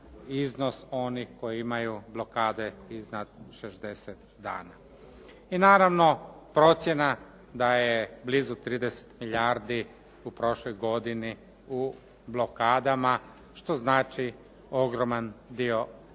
iznos onih koji imaju blokade iznad 60 dana. I naravno, procjena da je blizu 30 milijardi u prošloj godini u blokadama, što znači ogroman dio